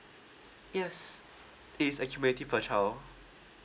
yes it's accumulative per child